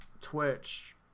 Twitch